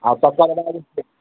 आ तकर बाद जे छै